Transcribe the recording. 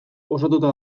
osatuta